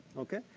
okay?